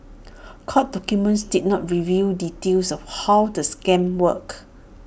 court documents did not reveal details of how the scam worked